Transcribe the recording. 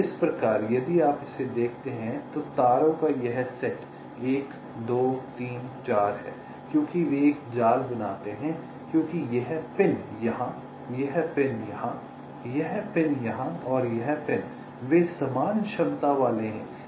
इस प्रकार यदि आप इसे देखते हैं तो तारों का यह सेट 1 2 3 4 है क्योंकि वे एक जाल बनाते हैं क्योंकि यह पिन यहाँ यह पिन यहाँ यह पिन यहाँ और यह पिन वे समान क्षमता वाले हैं